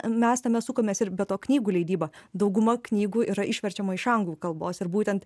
mes tame sukamės ir be to knygų leidyba dauguma knygų yra išverčiama iš anglų kalbos ir būtent